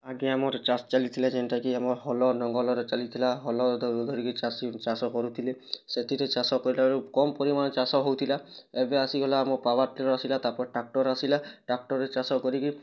ଆଜ୍ଞା ମୋର୍ ଚାଷ୍ ଚାଲିଥିଲା ଯେନ୍ଟା କି ଆମର୍ ହଲ ଲଙ୍ଗଲରେ ଚାଲି ଥିଲା ହଲ ଧରି କି ଚାଷୀ ଚାଷ କରୁଥିଲେ ସେଥିରେ ଚାଷ କରିବାରୁ କମ୍ ପରିମାଣରେ ଚାଷ ହେଉଥିଲା ଏବେ ଆସିଗଲା ଆମ ପାୱାର୍ ଟ୍ରିଲର୍ ତା'ପରେ ଟ୍ରାକ୍ଟର୍ ଆସିଲା ଟ୍ରାକ୍ଟର୍ରେ ଚାଷ କରି କି